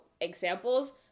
examples